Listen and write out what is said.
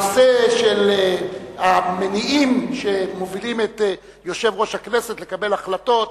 הנושא של המניעים שמובילים את יושב-ראש הכנסת לקבל החלטות,